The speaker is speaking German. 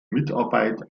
mitarbeit